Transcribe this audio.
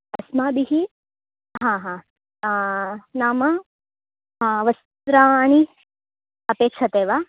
अस्माभिः हा हा नाम वस्त्राणि अपेक्षते वा